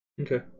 Okay